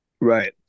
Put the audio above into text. right